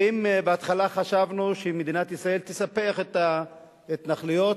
ואם בהתחלה חשבנו שמדינת ישראל תספח את ההתנחלויות,